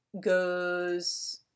goes